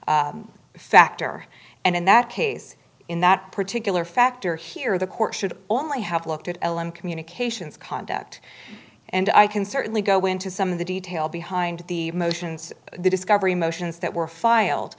factor and in that case in that particular factor here the court should only have looked at l m communications conduct and i can certainly go into some of the detail be find the motions the discovery motions that were filed